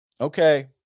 Okay